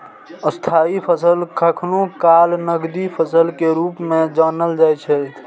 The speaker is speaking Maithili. स्थायी फसल कखनो काल नकदी फसल के रूप मे जानल जाइ छै